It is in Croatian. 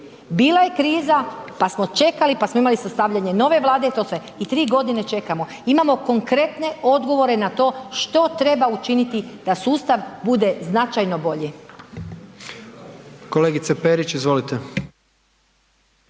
Bila je kriza pa smo čekali, pa smo imali sastavljanje nove Vlade i to sve i ti godine čekamo. Imamo konkretne odgovore na to što treba učiniti da sustav bude značajno bolje. **Jandroković, Gordan